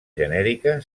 genèrica